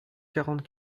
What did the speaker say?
quarante